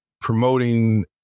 promoting